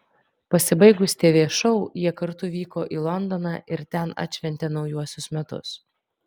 pasibaigus tv šou jie kartu vyko į londoną ir ten atšventė naujuosius metus